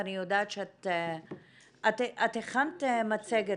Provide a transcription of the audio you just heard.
ואני מבינה שאת הכנת מצגת.